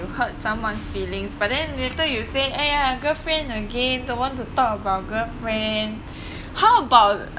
you hurt someone's feelings but then later you say !aiya! girlfriend again don't want to talk about girlfriend how about